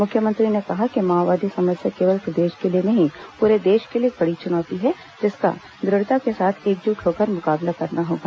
मुख्यमंत्री ने कहा माओवादी समस्या केवल प्रदेश के लिए नहीं पूरे देश के लिए कड़ी चुनौती है जिसका दृढ़ता के साथ एकजुट होकर मुकाबला करना होगा